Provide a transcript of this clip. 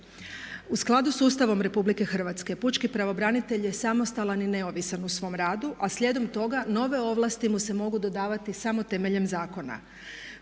U skladu s Ustavom Republike Hrvatske pučki pravobranitelj je samostalan i neovisan u svom radu a slijedom toga nove ovlasti mu se mogu dodavati samo temeljem zakona.